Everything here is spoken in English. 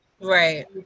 right